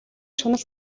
шунал